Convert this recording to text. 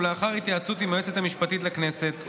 ולאחר התייעצות עם היועצת המשפטית לכנסת,